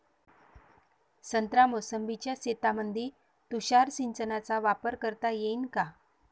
संत्रा मोसंबीच्या शेतामंदी तुषार सिंचनचा वापर करता येईन का?